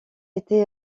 été